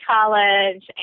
college